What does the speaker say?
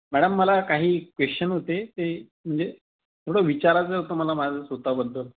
madam मला काही question होते ते म्हणजे थोडं विचारायचं होतं मला माझं स्वत बद्दल